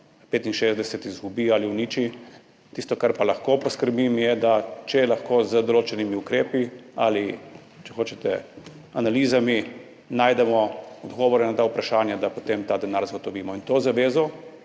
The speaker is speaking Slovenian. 1965 izgubi ali uniči. Tisto, za kar pa lahko poskrbim, je, če lahko z določenimi ukrepi ali če hočete analizami najdemo odgovore na ta vprašanja, da potem ta denar zagotovimo. In to zavezo